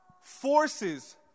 forces